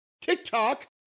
TikTok